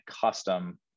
custom